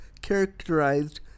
characterized